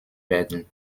werden